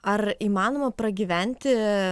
ar įmanoma pragyventi